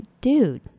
dude